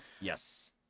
Yes